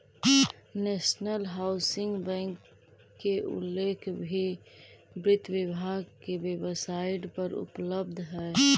national housing bank के उल्लेख भी वित्त विभाग के वेबसाइट पर उपलब्ध हइ